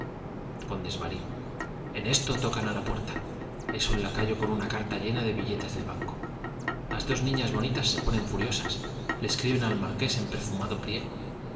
con desvarto i en esto tocan á la puerta es un lacayo con una carta llena de billetes de banco las dos niñas bonitas se ponen furiosas le escriben al marqués en perfumado pliego